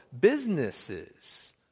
businesses